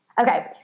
Okay